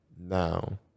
now